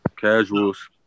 Casuals